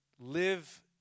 live